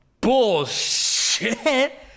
Bullshit